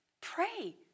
Pray